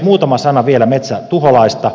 muutama sana vielä metsätuholaista